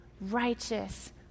righteous